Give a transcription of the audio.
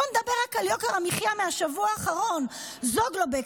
בוא נדבר רק על יוקר המחיה מהשבוע האחרון: זוגלובק,